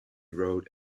road